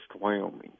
Wyoming